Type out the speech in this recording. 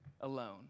alone